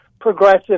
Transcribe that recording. progressive